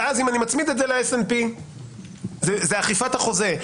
ואז אם אני מצמיד את זה ל-S&P זה אכיפת החוזה.